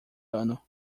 ano